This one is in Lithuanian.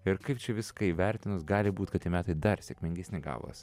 ir kaip čia viską įvertinus gali būt kad tie metai dar sėkmingesni gavos